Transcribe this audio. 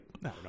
no